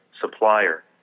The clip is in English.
supplier